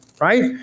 right